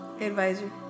Advisor